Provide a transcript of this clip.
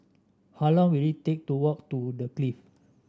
how long will it take to walk to The Clift